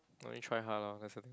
no need try hard lor